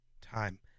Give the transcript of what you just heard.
time